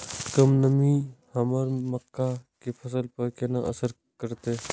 कम नमी हमर मक्का के फसल पर केना असर करतय?